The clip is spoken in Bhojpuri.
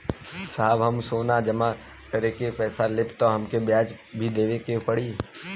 साहब हम सोना जमा करके पैसा लेब त हमके ब्याज भी देवे के पड़ी?